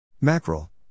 Mackerel